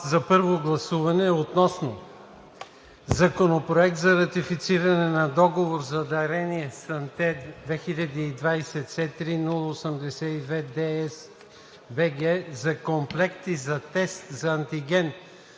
на първо гласуване Законопроект за ратифициране на Договор за дарение SANTE/2020/C3/082-DC-BG на комплекти за тест за антиген